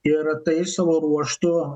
ir tai savo ruožtu